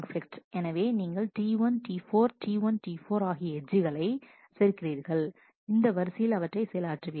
எனவே நீங்கள் T1T4T1T4 ஆகிய எட்ஜ்களை சேர்க்கிறீர்கள் இந்த வரிசையில் அவற்றை செயலாற்றுவீர்கள்